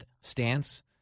stance